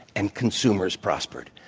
and consumers prospered.